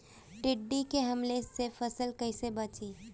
टिड्डी के हमले से फसल कइसे बची?